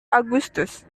agustus